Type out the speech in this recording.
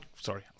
sorry